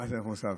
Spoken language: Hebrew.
מס ערך מוסף.